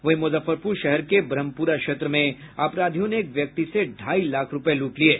वहीं मुजफ्फरपुर शहर के ब्रह्मपुरा क्षेत्र में अपराधियों ने एक व्यक्ति से ढाई लाख रूपये लूट लिये